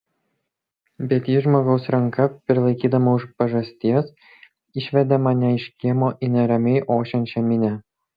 bet ji žmogaus ranka prilaikydama už pažasties išvedė mane iš kiemo į neramiai ošiančią minią